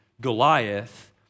Goliath